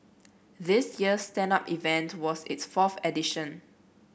this year's stand up event was its fourth edition